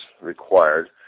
required